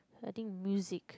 I think music